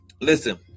listen